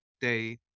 day